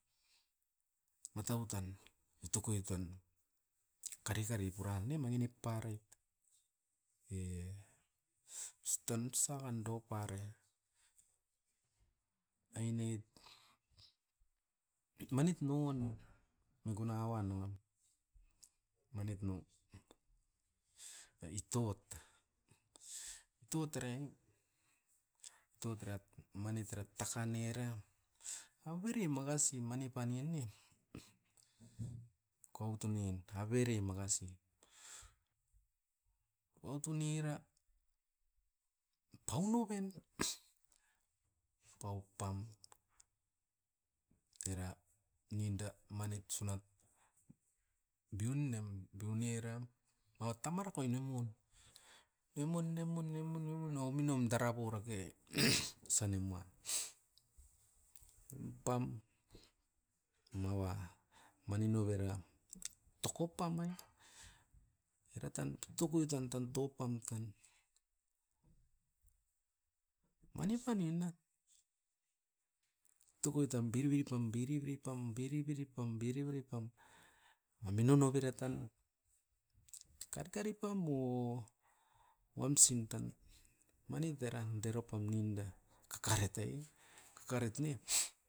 Matau tan itokoitan, kari-kari purannem mangi nip parait, e ostan osagan dopareait. Aine manit noan, mikuna uan noan, manit no itot. Itot era i, itot era manit era takan era. Avere makasi mani pan ni ne? Koutunin avere makasi, autun ira pau noven, pau pam era ninda manit sunat beau nnem, beau ni eram maua tamarakoi ne mun, ne mun, ne num, ne mun, ne mun o minom tara bourake, osa nimuan pam. Mava mani nouveram toko pam ai, era tan totokoiton tan toupam tan. Mani pan inat, tokoi tan biribiri pam-biribiri pam. Biribiri pam-biribiri pam ame nono vera tan, dikari kari pam o. Uamsin tan, mani deran deropam ninda kakaret e, kakaret ne.